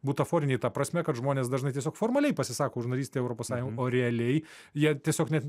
butaforiniai ta prasme kad žmonės dažnai tiesiog formaliai pasisako už narystę europos sąjungoj o realiai jie tiesiog net